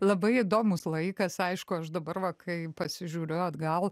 labai įdomūs laikas aišku aš dabar va kai pasižiūriu atgal